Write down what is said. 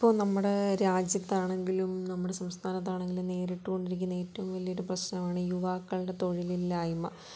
ഇപ്പോൾ നമ്മുടെ രാജ്യത്താണെങ്കിലും നമ്മുടെ സംസ്ഥാനത്താണെങ്കിലും നേരിട്ട് കൊണ്ടിരിക്കുന്ന ഏറ്റവും വലിയൊരു പ്രശ്നമാണ് ഈ യുവാക്കളുടെ തൊഴിലില്ലായ്മ